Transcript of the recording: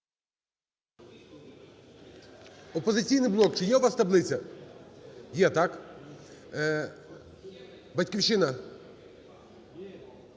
"Опозиційний блок", чи є у вас таблиця? Є, так? "Батьківщина"?